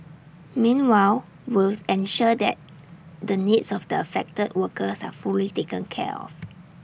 meanwhile will ensure that the needs of the affected workers are fully taken care of